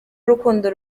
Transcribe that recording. urukundo